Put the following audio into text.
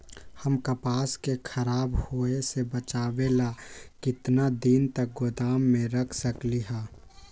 हम कपास के खराब होए से बचाबे ला कितना दिन तक गोदाम में रख सकली ह?